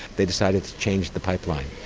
they decided to change the pipeline,